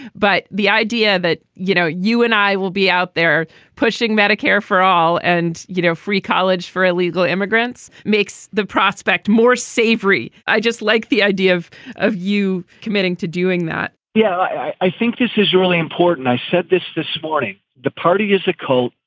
but the idea that, you know, you and i will be out there pushing medicare for all. and, you know, free college for illegal immigrants makes the prospect more savory. i just like the idea of of you committing to doing that yeah, i i think this is really important. i said this this morning. the party is a cult.